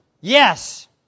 Yes